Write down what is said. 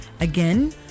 Again